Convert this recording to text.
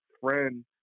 friend